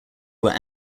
were